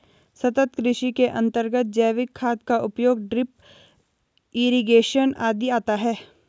सतत् कृषि के अंतर्गत जैविक खाद का उपयोग, ड्रिप इरिगेशन आदि आता है